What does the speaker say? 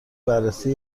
بررسی